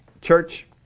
church